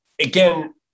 again